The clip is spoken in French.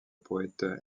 poète